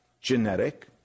genetic